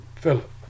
Philip